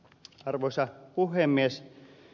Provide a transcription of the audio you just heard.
arvoisa puhemies